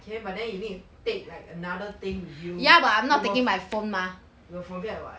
okay but then you need take like another thing with you you will you will forget [what]